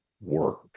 work